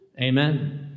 Amen